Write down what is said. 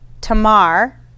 tamar